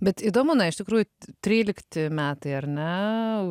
bet įdomu na iš tikrųjų trylikti metai ar ne